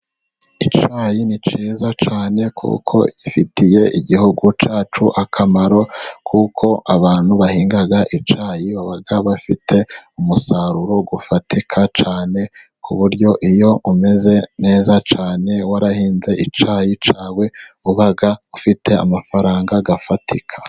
Icyayi ni cyiza cyane kuko gifitiye igihugu cyacu akamaro, kuko abantu bahinga icyayi baba bafite umusaruro ufatika cyane, ku buryo iyo umeze neza cyane warahinze icyayi cyawe uba ufite amafaranga afatika.